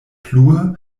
plue